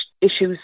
issues